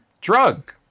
Drug